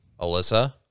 Alyssa